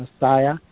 Messiah